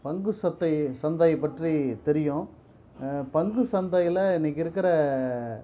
பங்கு சந்தையை சந்தையை பற்றி தெரியும் பங்கு சந்தையில் இன்றைக்கு இருக்கிற